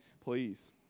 please